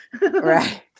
right